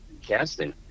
casting